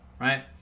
right